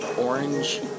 orange